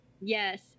yes